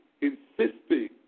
insisting